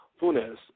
Funes